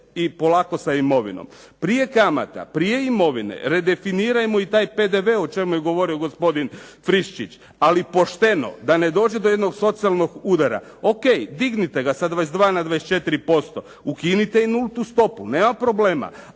i polako sa imovinom. Prije kamata, prije imovine redefinirajmo i taj PDV o čemu je govorio gospodin Friščić, ali pošteno da ne dođe do jednog socijalnog udara. O.k. Dignite ga sa 22 na 24%. Ukinite i nultu stopu, nema problema.